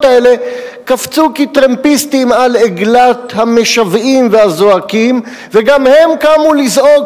האלה קפצו כטרמפיסטים על עגלת המשוועים והזועקים וגם הם קמו לזעוק,